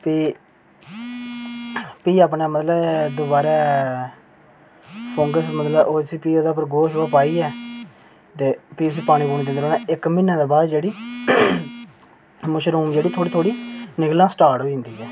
प्ही अपने मतलब दोआरै फंगस मतलब प्ही ओह्दे पर गोहा पाइयै ते भी उसी पानी दिंदे रौह्ना ते इक्क म्हीने दे बाद जेह्ड़ी मशरूम थोह्ड़ी थोह्ड़ी निकलना स्टार्ट होई जंदी ऐ